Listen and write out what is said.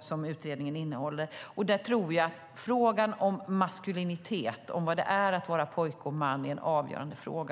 som utredningen innehåller. Där tror jag att frågan om maskulinitet, vad det är att vara pojke och man, är en avgörande fråga.